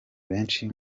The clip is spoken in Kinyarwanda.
benshi